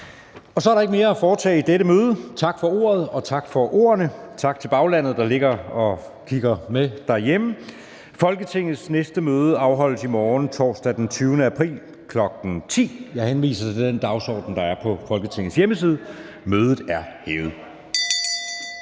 Søe): Der er ikke mere at foretage i dette møde. Tak for ordene, og tak til baglandet, der kigger med derhjemme. Folketingets næste møde afholdes i morgen, torsdag den 20. april, kl. 10.00. Jeg henviser til den dagsorden, der er på Folketingets hjemmeside. Mødet er hævet.